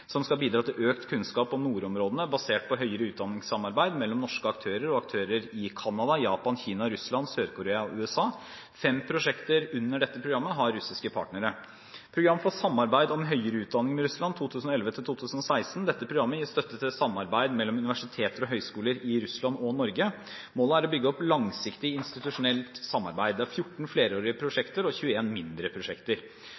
økt kunnskap om nordområdene basert på høyere utdanningssamarbeid mellom norske aktører og aktører i Canada, Japan, Kina, Russland, Sør-Korea og USA. Fem prosjekter under dette programmet har russiske partnere. Det andre er et program for samarbeid om høyere utdanning med Russland for 2011–2016. Dette programmet gir støtte til samarbeid mellom universiteter og høyskoler i Russland og Norge. Målet er å bygge opp langsiktig institusjonelt samarbeid. Det er 14 flerårige